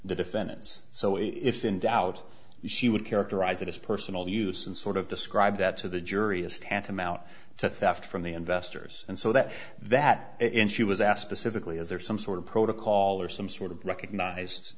the defendants so if in doubt she would characterize it as personal use and sort of describe that to the jury is tantamount to theft from the investors and so that that she was asked specifically is there some sort of protocol or some sort of recognized